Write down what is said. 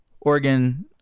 Oregon